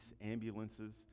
ambulances